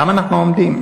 למה אנחנו עומדים.